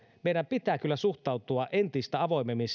meidän pitää kyllä suhtautua entistä avoimemmin